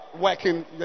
working